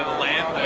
land,